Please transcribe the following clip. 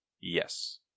Yes